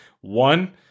one